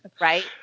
Right